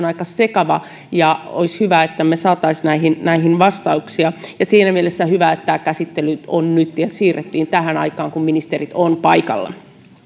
aika sekava ja olisi hyvä että me saisimme näihin vastauksia ja siinä mielessä hyvä että tämä käsittely on nyt se siirrettiin tähän aikaan kun ministerit ovat paikalla